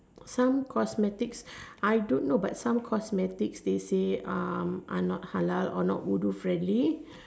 some cosmetics I don't know but some cosmetics they say um are not halal or not wudu friendly